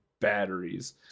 batteries